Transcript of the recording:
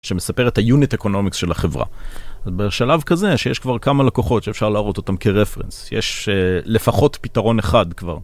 שמספר את היוניט אקונומיקס של החברה. בשלב כזה שיש כבר כמה לקוחות שאפשר להראות אותן כרפרנס. יש לפחות פתרון אחד כבר.